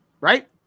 Right